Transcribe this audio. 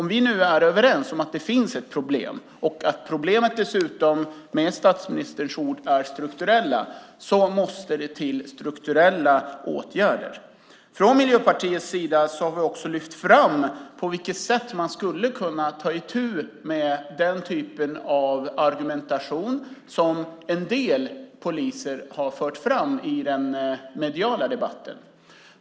Om vi nu är överens om att det finns ett problem och att problemet dessutom, med statsministerns ord, är strukturellt, måste det till strukturella åtgärder. Från Miljöpartiets sida har vi lyft fram på vilket sätt man skulle kunna ta itu med den typen av argumentation som en del poliser har fört fram i den mediala debatten.